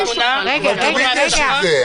תמיד יש את זה.